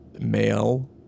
male